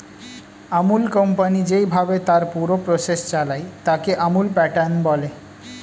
আমূল company যেইভাবে তার পুরো প্রসেস চালায়, তাকে আমূল প্যাটার্ন বলে